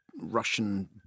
Russian